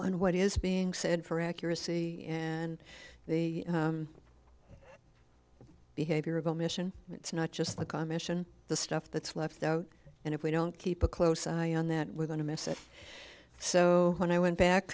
and what is being said for accuracy and the behavior of omission it's not just like a mission the stuff that's left out and if we don't keep a close eye on that we're going to miss it so when i went back